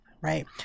right